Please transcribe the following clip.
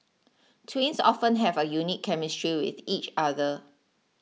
twins often have a unique chemistry with each other